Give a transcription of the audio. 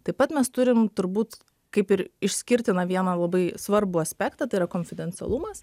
taip pat mes turim turbūt kaip ir išskirtiną vieną labai svarbų aspektą tai yra konfidencialumas